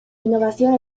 innovación